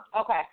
Okay